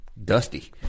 Dusty